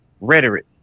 rhetoric